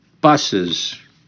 buses